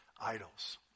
idols